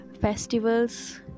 festivals